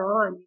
on